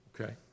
Okay